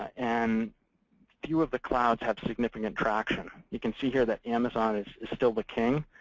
and few of the clouds have significant traction. you can see here that amazon is still the king.